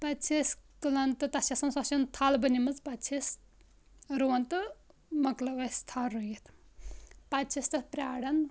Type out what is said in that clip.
پتہٕ چھِ أسۍ تُلان تہٕ تتھ چھِ آسان سۄ چھ آسان تھل بنیٚمٕژ پتہٕ چھ أسۍ رُوان تہٕ مۄکلوٚو اسہِ تھل رُوِتھ پتہٕ چھِ أسۍ تتھ پراران